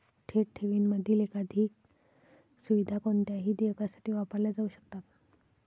थेट ठेवींमधील एकाधिक सुविधा कोणत्याही देयकासाठी वापरल्या जाऊ शकतात